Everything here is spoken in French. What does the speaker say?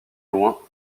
loin